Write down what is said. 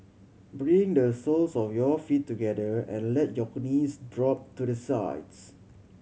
bring the soles of your feet together and let your knees drop to the sides